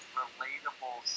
relatable